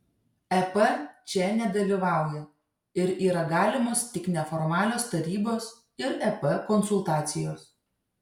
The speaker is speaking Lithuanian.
ep čia nedalyvauja ir yra galimos tik neformalios tarybos ir ep konsultacijos